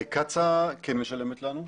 קצא"א כן משלמת לנו.